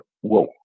whoa